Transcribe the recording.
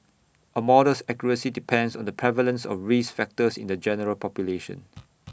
A model's accuracy depends on the prevalence of risk factors in the general population